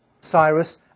Cyrus